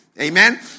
Amen